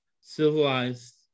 civilized